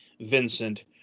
Vincent